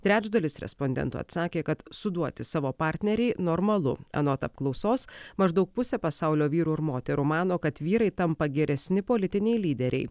trečdalis respondentų atsakė kad suduoti savo partnerei normalu anot apklausos maždaug pusė pasaulio vyrų ir moterų mano kad vyrai tampa geresni politiniai lyderiai